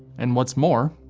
and what's more,